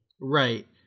Right